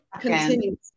continues